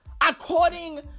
according